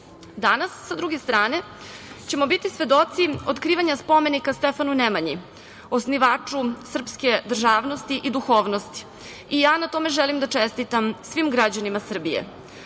sa druge strane ćemo biti svedoci otkrivanja Spomenika Stefanu Nemanji, osnivaču srpske državnosti i duhovnosti i ja na tome želim da čestitam svim građanima Srbije. Sa